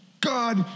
God